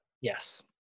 yes